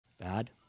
Bad